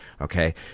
Okay